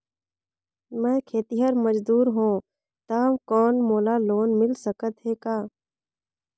मैं खेतिहर मजदूर हों ता कौन मोला लोन मिल सकत हे का?